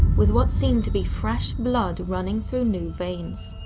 with what seemed to be fresh blood running through new veins.